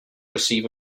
receive